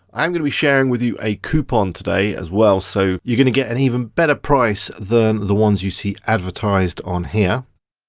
i am gonna be sharing with you a coupon today, as well, so you're gonna get an even better price than the ones you see advertised on here.